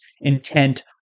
intent